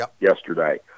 yesterday